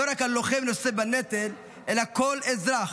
לא רק הלוחם נושא בנטל אלא כל אזרח,